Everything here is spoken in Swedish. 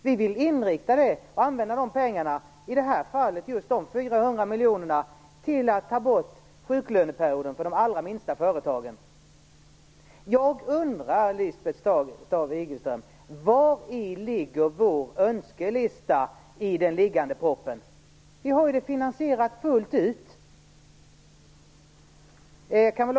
Vi vill använda de här pengarna, i det här fallet 400 miljoner, till att ta bort sjuklöneperioden för de allra minsta företagen. Jag undrar, Lisbeth Staaf-Igelström: Vari ligger vår önskelista i det föreliggande förslaget? Vi har ju finansierat allt fullt ut.